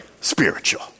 spiritual